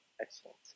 Excellent